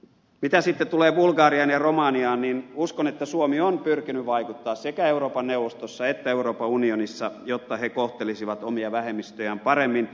mitä sitten tulee bulgariaan ja romaniaan niin uskon että suomi on pyrkinyt vaikuttamaan sekä euroopan neuvostossa että euroopan unionissa jotta ne kohtelisivat omia vähemmistöjään paremmin